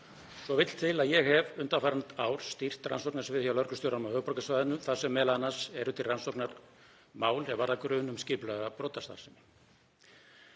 Svo vill til að ég hef undanfarin ár stýrt rannsóknarsviði hjá Lögreglustjóranum á höfuðborgarsvæðinu þar sem m.a. eru til rannsóknar mál er varða grun um skipulagða brotastarfsemi.